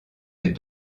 des